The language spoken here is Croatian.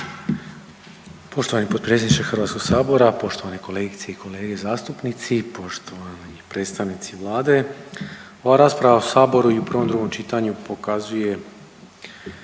Poštovani potpredsjedniče Hrvatskog sabora, poštovani kolegice i kolege zastupnici, poštovani predstavnici Vlade. Ova rasprava u Saboru i u prvom, drugom čitanju pokazuje